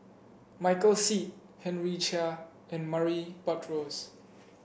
Michael Seet Henry Chia and Murray Buttrose